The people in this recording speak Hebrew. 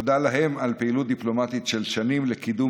תודה להם על פעילות דיפלומטית של שנים לקידום